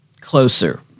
closer